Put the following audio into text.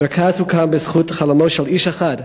המרכז הוקם בזכות חלומו של איש אחד,